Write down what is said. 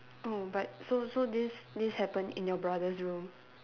oh but so so this this happen in your brother's room